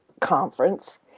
conference